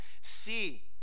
See